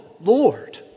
Lord